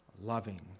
loving